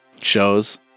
shows